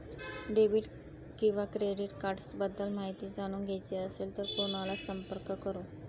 Debit किंवा credit cards बद्दल माहिती जाणून घ्यायची असेल तर कोणाला संपर्क करु?